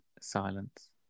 silence